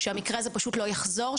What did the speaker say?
שהמקרה הזה פשוט לא יחזור,